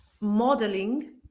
modeling